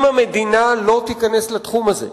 אם המדינה לא תיכנס לתחום הזה,